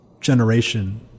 generation